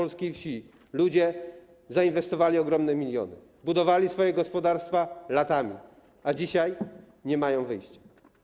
Ludzie zainwestowali ogromne miliony, budowali swoje gospodarstwa latami, a dzisiaj nie mają wyjścia.